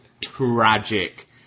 Tragic